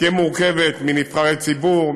שתהיה מורכבת מנבחרי ציבור,